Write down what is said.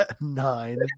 nine